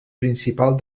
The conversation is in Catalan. principal